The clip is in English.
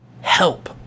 help